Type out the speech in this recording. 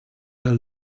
der